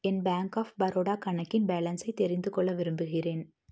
N bank of Baroda கணக்கின் பேலன்ஸை தெரிந்துகொள்ள விரும்புகிறேன்